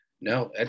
No